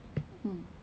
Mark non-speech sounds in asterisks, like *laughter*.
*noise* mm